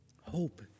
Hope